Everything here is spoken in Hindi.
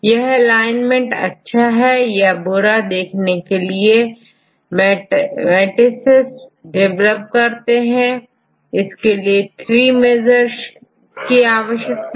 यह एलाइनमेंट अच्छा है या बुरा देखने के लिए कुछ matRices develop करते हैं इसके लिए 3 measures की आवश्यकता होती है